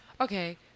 Okay